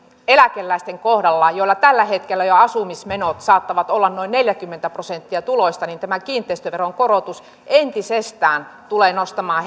eläkeläisten kohdalla joilla tällä hetkellä jo asumismenot saattavat olla noin neljäkymmentä prosenttia tuloista tämä kiinteistöveron korotus entisestään tulee nostamaan